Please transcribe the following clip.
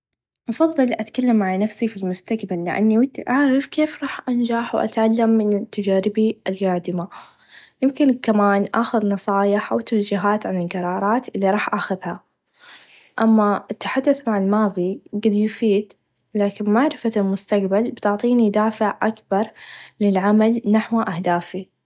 أفظل أتكلم مع نفسي في المستقبل لإني ودي أعرف كيف رح أنچح و أتعلم من تچاربي القادمه يمكن كمان آخذ نصايح أو توچهات عن القرارات إلي راح آخذها أما التحدث مع الماظي قد يفيد لاكن معرفه المستقبل بتعطيني دافع أكبر للعمل نحو أهدافي.